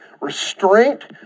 restraint